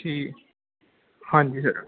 ਠੀਕ ਹਾਂਜੀ ਸਰ